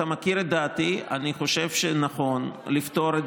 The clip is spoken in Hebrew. אתה מכיר את דעתי: אני חושב שנכון לפתור גם את